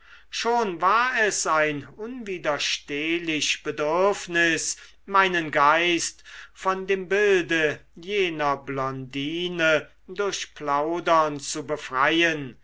schon war es ein unwiderstehlich bedürfnis meinen geist von dem bilde jener blondine durch plaudern zu befreien